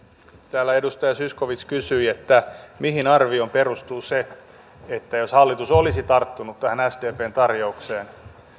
täällä edustaja zyskowicz kysyi mihin perustuu se arvio että jos hallitus olisi tarttunut tähän sdpn tarjoukseen